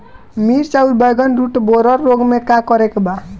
मिर्च आउर बैगन रुटबोरर रोग में का करे के बा?